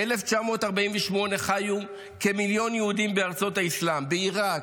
ב-1948 חיו כמיליון יהודים בארצות האסלאם: בעירק,